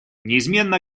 неизменно